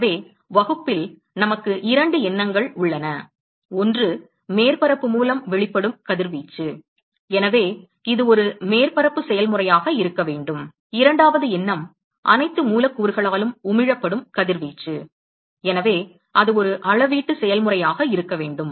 எனவே வகுப்பில் நமக்கு இரண்டு எண்ணங்கள் உள்ளன ஒன்று மேற்பரப்பு மூலம் வெளிப்படும் கதிர்வீச்சு எனவே இது ஒரு மேற்பரப்பு செயல்முறையாக இருக்க வேண்டும் இரண்டாவது எண்ணம் அனைத்து மூலக்கூறுகளாலும் உமிழப்படும் கதிர்வீச்சு எனவே அது ஒரு அளவீட்டு செயல்முறையாக இருக்க வேண்டும்